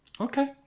okay